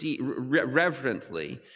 reverently